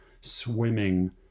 swimming